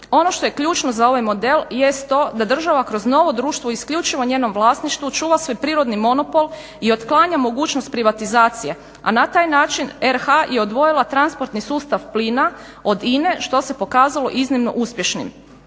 Ono što je ključno za ovaj model jest to da država kroz novo društvo u isključivo njenom vlasništvu čuva svoj prirodni monopol i otklanja mogućnost privatizacije, a na taj je način RH i odvojila transportni sustav plina od INA-e što se pokazalo iznimno uspješnim.